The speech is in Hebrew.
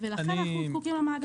ולכן אנחנו זקוקים למאגר.